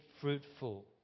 fruitful